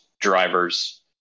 drivers